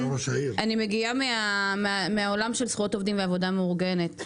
אני מגיעה מהעולם של זכויות עובדים ועבודה מאורגנת,